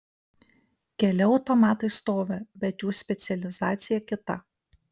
keli automatai stovi bet jų specializacija kita